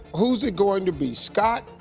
who's it going to be? scott,